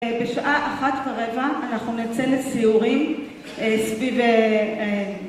בשעה אחת ורבע אנחנו נצא לסיורים סביב ה...